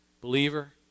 Believer